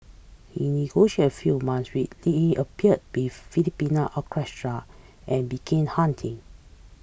he negotiated a few month which let him appear with Philadelphia Orchestra and began hunting